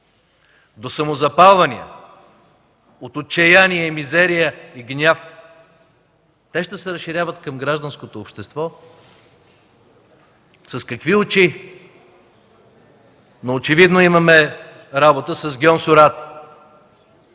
до самозапалвания от отчаяние, мизерия и гняв, те ще се разширяват към гражданското общество! С какви очи?! Но очевидно имаме работа с гьонсурат.